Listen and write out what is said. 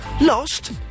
Lost